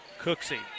Cooksey